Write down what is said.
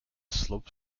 sloped